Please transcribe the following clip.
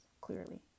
clearly